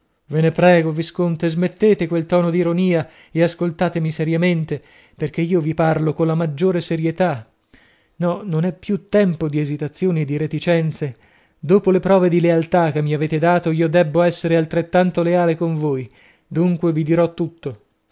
ve ne prego visconte smettete quel tono di ironia e ascoltatemi seriamente poiché io vi parlo colla maggiore serietà no non è più tempo di esitazioni e di reticenze dopo le prove di lealtà che mi avete dato io debbo essere altrettanto leale con voi dunque vi dirò tutto